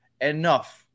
enough